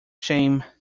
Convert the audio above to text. shame